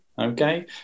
okay